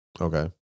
Okay